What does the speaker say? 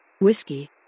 Whiskey